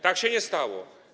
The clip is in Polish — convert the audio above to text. Tak się nie stało.